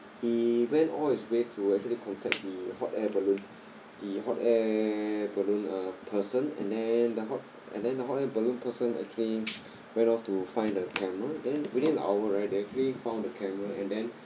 he went all his way to actually contact the hot air balloon the hot air balloon uh person and then the hot and then the hot air balloon person actually went off to find the camera then within the hour right they actually found the camera and then